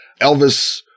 Elvis